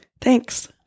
Thanks